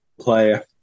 player